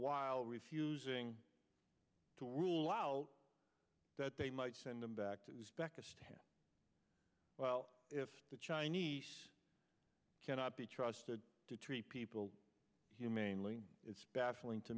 while refusing to rule out that they might send him back to spec well if the chinese cannot be trusted to treat people humanely it's baffling to